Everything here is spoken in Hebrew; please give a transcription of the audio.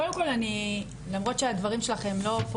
קודם כל למרות שהדברים שלך הם לא פה